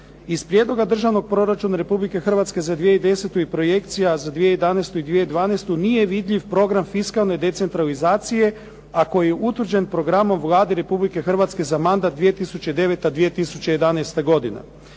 iz Prijedloga državnog proračuna Republike Hrvatske za 2010. je i projekcija za 2011. i 2012. nije vidljiv program fiskalne decentralizacije, a koji je utvrđen programom Vlade Republike Hrvatske za mandat 2009., 2011. godina.